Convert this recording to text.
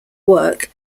work